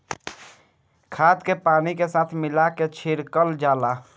खाद के पानी के साथ मिला के छिड़कल जाला